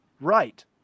Right